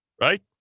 right